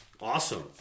awesome